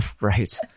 Right